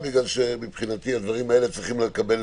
כי מבחינתי הדברים האלה צריכים לקבל